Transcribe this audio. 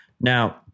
Now